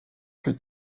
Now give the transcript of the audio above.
plus